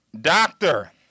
Doctor